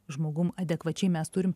žmogum adekvačiai mes turim